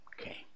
Okay